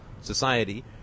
society